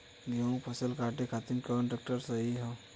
गेहूँक फसल कांटे खातिर कौन ट्रैक्टर सही ह?